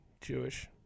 jewish